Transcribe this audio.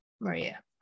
Maria